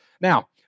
Now